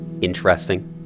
interesting